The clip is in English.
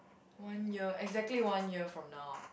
one year exactly one year from now ah